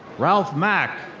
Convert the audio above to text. ralph mack.